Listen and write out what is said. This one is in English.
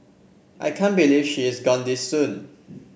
I can't believe she is gone this soon